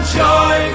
joy